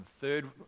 third